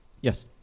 yes